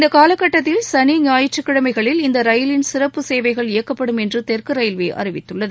இந்த காலக்கட்டத்தில் சனி ஞாயிற்றுக்கிழமைகளில் இந்த ரயிலின் சிறப்பு சேவைகள் இயக்கப்படும் என்று தெற்கு ரயில்வே அறிவித்துள்ளது